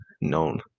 known